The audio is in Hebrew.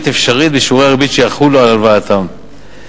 אפשרית בשיעורי הריבית שיחולו על הלוואתם".